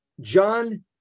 John